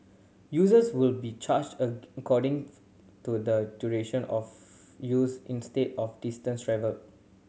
users will be charged to the duration of use instead of distance travelled